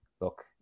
look